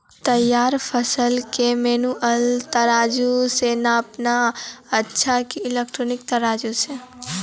तैयार फसल के मेनुअल तराजु से नापना अच्छा कि इलेक्ट्रॉनिक तराजु से?